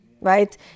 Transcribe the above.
right